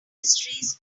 mysteries